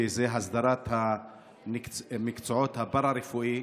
שזה הסדרת המקצועות הפארה-רפואיים.